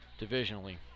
divisionally